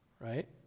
right